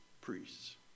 priests